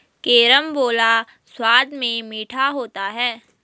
carambola स्वाद में मीठा होता है